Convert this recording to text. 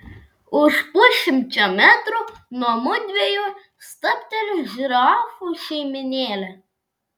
už pusšimčio metrų nuo mudviejų stabteli žirafų šeimynėlė